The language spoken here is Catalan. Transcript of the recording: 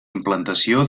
implantació